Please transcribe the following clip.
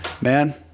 man